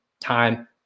time